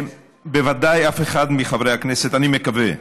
בוודאי אף אחד מחברי הכנסת, אני מקווה,